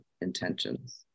intentions